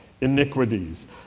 iniquities